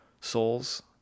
souls